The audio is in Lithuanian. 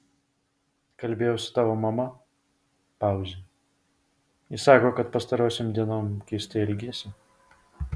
kalbėjau su tavo mama pauzė ji sako kad pastarosiom dienom keistai elgiesi